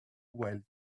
while